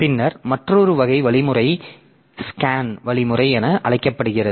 பின்னர் மற்றொரு வகை வழிமுறை SCAN வழிமுறை என அழைக்கப்படுகிறது